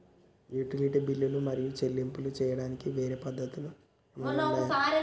Utility బిల్లులు మరియు చెల్లింపులు చేయడానికి వేరే పద్ధతులు ఏమైనా ఉన్నాయా?